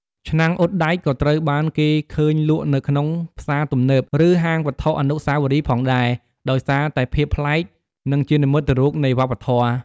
ឆ្នាំងអ៊ុតដែក ក៏ត្រូវបានគេឃើញលក់នៅក្នុងផ្សារទំនើប ឬហាងវត្ថុអនុស្សាវរីយ៍ផងដែរ ដោយសារតែភាពប្លែក និងជានិមិត្តរូបនៃវប្បធម៌។